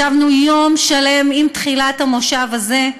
ישבנו יום שלם, עם תחילת המושב הזה,